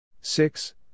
Six